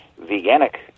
veganic